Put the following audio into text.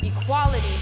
Equality